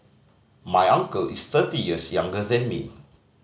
my uncle is thirty years younger than me